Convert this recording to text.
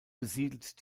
besiedelt